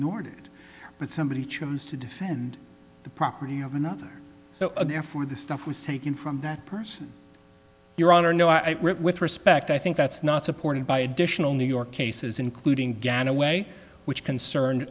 ignored it but somebody chose to defend the property of another so therefore the stuff was taken from that person your honor no i with respect i think that's not supported by additional new york cases including ghana way which concerned